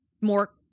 more